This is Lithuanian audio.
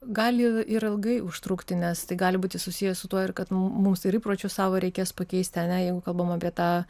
gali ir ilgai užtrukti nes tai gali būti susiję su tuo ir kad mums ir įpročius savo reikės pakeisti ar ne jeigu kalbam apie tą